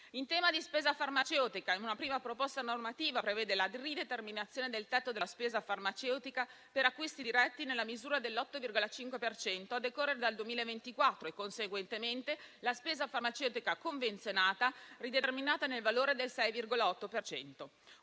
In tema di spesa farmaceutica, una prima proposta normativa prevede la rideterminazione del tetto della spesa farmaceutica per acquisti diretti nella misura dell'8,5 per cento a decorrere dal 2024 e, conseguentemente, la spesa farmaceutica convenzionata rideterminata nel valore del 6,8